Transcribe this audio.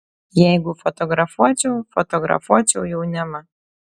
jeigu fotografuočiau fotografuočiau jaunimą